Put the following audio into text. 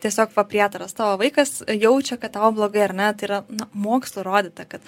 tiesiog va prietaras tavo vaikas jaučia kad tau blogai ar ne tai yra mokslo įrodyta kad